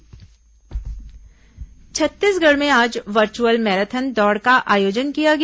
virtual marathon Chhattisgarh में आज virtual marathon दौड़ का आयोजन किया गया